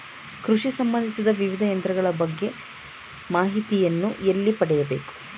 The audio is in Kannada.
ಕೃಷಿ ಸಂಬಂದಿಸಿದ ವಿವಿಧ ಯಂತ್ರಗಳ ಬಗ್ಗೆ ಮಾಹಿತಿಯನ್ನು ಎಲ್ಲಿ ಪಡೆಯಬೇಕು?